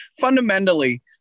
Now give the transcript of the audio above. fundamentally